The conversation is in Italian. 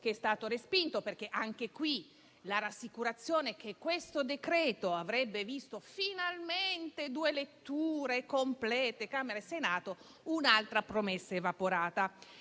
è stato respinto. Anche qui, la rassicurazione che questo decreto avrebbe visto finalmente due letture complete, Camera e Senato, è un'altra promessa evaporata.